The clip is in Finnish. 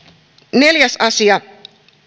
neljäs asia